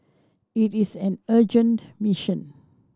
it is an urgent mission